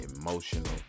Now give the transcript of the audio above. emotional